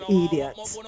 idiots